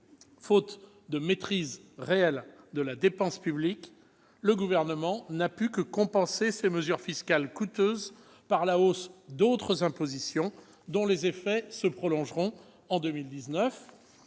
Faute de maîtrise réelle de la dépense publique, le Gouvernement n'a pu que compenser ces mesures fiscales coûteuses par la hausse d'autres impositions, dont les effets se prolongeront en 2019